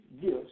gifts